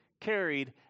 carried